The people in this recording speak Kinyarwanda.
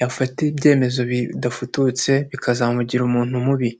yafata ibyemezo bidafututse bikazamugira umuntu mubi.